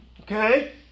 Okay